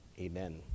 Amen